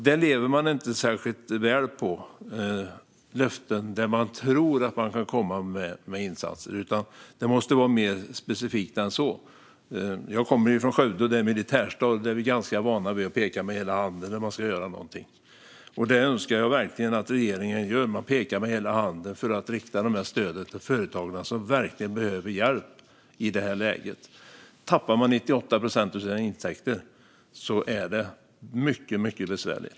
Den lever inte särskilt väl på löften om att man tror att man kan komma med insatser, utan det måste vara mer specifikt än så. Jag kommer från Skövde, som är en militärstad. Där är vi ganska vana vid att peka med hela handen när någonting ska göras. Jag önskar verkligen att regeringen pekar med hela handen för att rikta stöden till de företagare som verkligen behöver hjälp i det här läget. Tappar man 98 procent av sina intäkter är det mycket besvärligt.